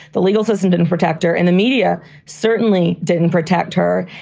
the legal system didn't protect her. and the media certainly didn't protect her.